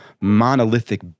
monolithic